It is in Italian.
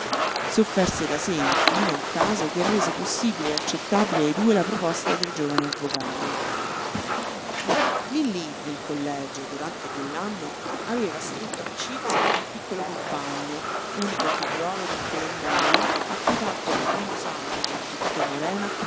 s'offerse da sé infine un caso che rese possibile e accettabile ai due la proposta del giovane avvocato nillí nel collegio durante quell'anno aveva stretto amicizia con un piccolo compagno unico figliuolo d'un colonnello a cui tanto carlino sanni quanto tito morena